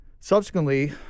Subsequently